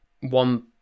one